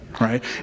right